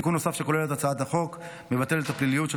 תיקון נוסף שכוללת הצעת החוק מבטל את הפליליות של